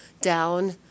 down